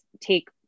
take